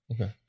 okay